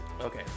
okay